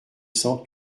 cents